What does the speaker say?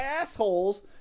assholes